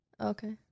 Okay